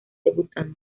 debutante